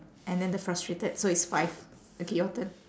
and then the frustrated so it's five okay your turn